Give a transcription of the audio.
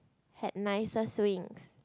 had nicer swings